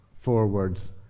forwards